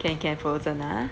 can can hold on ah